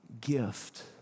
gift